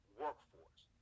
workforce